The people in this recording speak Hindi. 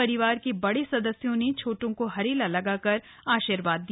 परिवार के बड़े सदस्यों ने छोटों को हरेला लगाकर आशीर्वाद दिया